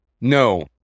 No